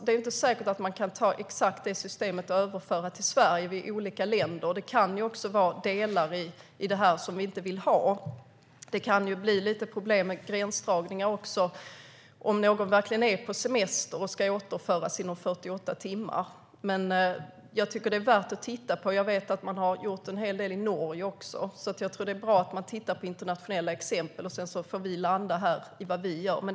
Det är inte säkert att man kan överföra systemet till Sverige. Vi är ju olika länder, och det kan finnas delar i systemet som vi inte vill ha. Det kan också bli problem med gränsdragningar, till exempel om någon verkligen är på semester och ska återföras inom 48 timmar. Men jag tycker att detta är värt att titta på, och jag vet att man har gjort en hel del i Norge också. Jag tror att det är bra att man tittar på internationella exempel, och sedan får vi själva avgöra hur vi ska göra här.